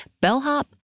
bellhop